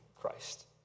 Christ